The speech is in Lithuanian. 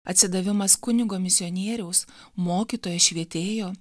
atsidavimas kunigo misionieriaus mokytojo švietėjo